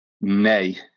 Nay